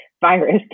virus